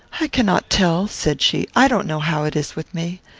i cannot tell, said she i don't know how it is with me.